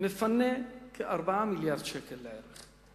מְפנה כ-4 מיליארדי שקל לערך.